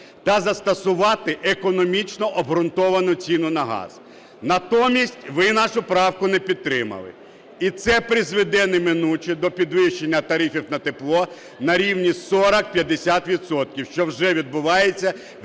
та застосувати економічно обґрунтовану ціну на газ. Натомість ви нашу правку не підтримали. І це призведе неминуче до підвищення тарифів на тепло на рівні 40-50 відсотків, що вже відбувається в